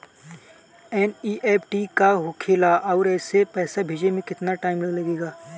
NEFT का होखे ला आउर एसे पैसा भेजे मे केतना टाइम लागेला?